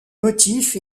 motifs